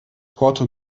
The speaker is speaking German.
porto